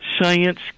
science